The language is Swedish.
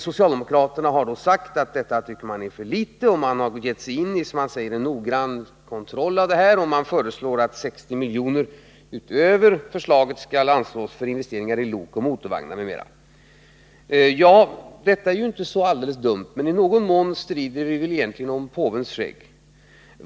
Socialdemokraterna tycker att detta är för litet och har, som man säger, gett sig in i en noggrann kontroll av det hela. Man föreslår att 60 milj.kr. utöver regeringsförslaget skall anslås för investeringar i lok, motorvagnar m.m. Ja, detta är inte så alldeles dumt, men i någon mån strider vi väl egentligen om påvens skägg.